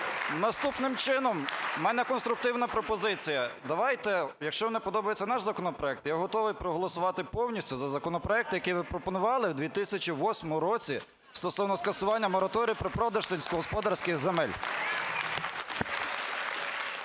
наступним чином, в мене конструктивна пропозиція, давайте, якщо вам не подобається наш законопроект, я готовий проголосувати повністю за законопроект, який ви пропонували в 2008 році стосовно скасування мораторію про продаж сільськогосподарських земель.